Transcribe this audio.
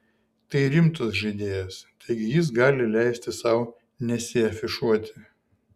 tai rimtas žaidėjas taigi jis gali leisti sau nesiafišuoti